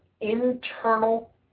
internal